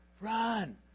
Run